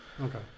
Okay